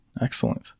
excellent